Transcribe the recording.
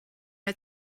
are